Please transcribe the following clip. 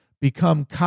become